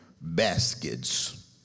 baskets